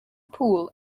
poole